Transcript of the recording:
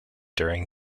during